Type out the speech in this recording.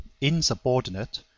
insubordinate